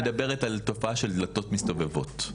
אז את מדברת על תופעה של דלתות מסתובבות.